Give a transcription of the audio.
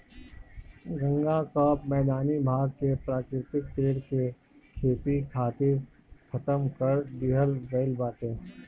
गंगा कअ मैदानी भाग के प्राकृतिक पेड़ के खेती खातिर खतम कर दिहल गईल बाटे